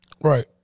Right